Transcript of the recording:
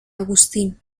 agustín